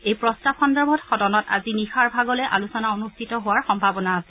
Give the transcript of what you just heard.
এই প্ৰস্তাৱ সন্দৰ্ভত সদনত আজি নিশাৰ ভাগলৈ আলোচনা অনুষ্ঠিত হোৱাৰ সম্ভাৱনা আছে